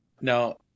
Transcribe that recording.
Now